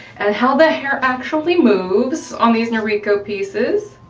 and how the hair actually moves on these noriko pieces.